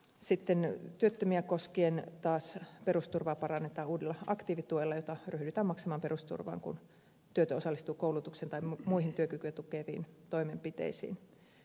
sitten työttömiä koskien taas perusturvaa parannetaan uudella aktiivituella jota ryhdytään maksamaan perusturvaan kun työtön osallistuu koulutukseen tai muihin työkykyä tukeviin toimenpiteisiin